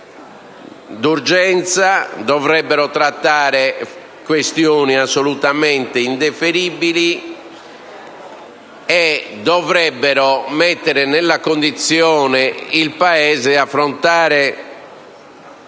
d'urgenza, dovrebbero trattare questioni assolutamente indifferibili e dovrebbero mettere il Paese nelle condizioni di affrontare